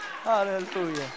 Hallelujah